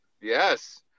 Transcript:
Yes